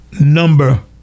number